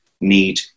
need